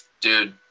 dude